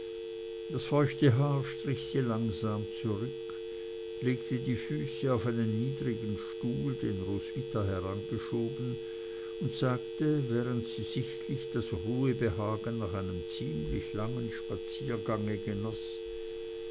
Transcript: das feuchte haar strich sie langsam zurück legte die füße auf einen niedrigen stuhl den roswitha herangeschoben und sagte während sie sichtlich das ruhebehagen nach einem ziemlich langen spaziergang genoß